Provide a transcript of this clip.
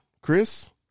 Chris